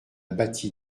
bâtie